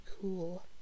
cool